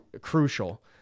crucial